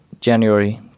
January